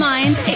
Mind